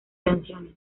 canciones